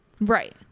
Right